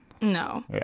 No